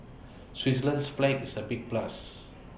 Switzerland's flag is A big plus